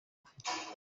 afite